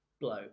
blow